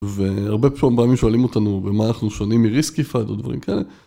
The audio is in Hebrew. והרבה פעמים שואלים אותנו במה אנחנו שונים מריסקיפאד ודברים כאלה.